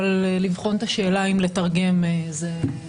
אבל לבחון את השאלה האם לתרגם זה ייבחן.